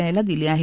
आयला दिली आहे